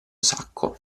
sacco